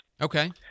Okay